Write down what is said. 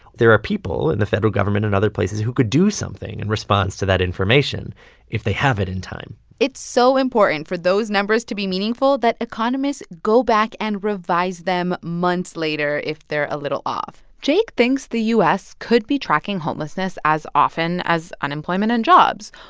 there are people in the federal government and other places who could do something in and response to that information if they have it in time it's so important for those numbers to be meaningful that economists go back and revise them months later if they're a little off jake thinks the u s. could be tracking homelessness as often as unemployment and jobs,